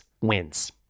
wins